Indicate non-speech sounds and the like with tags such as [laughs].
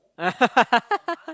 [laughs]